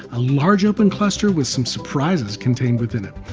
a large open cluster with some surprises contained within it.